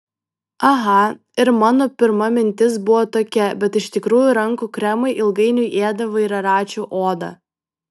aha ir mano pirma mintis buvo tokia bet iš tikrųjų rankų kremai ilgainiui ėda vairaračių odą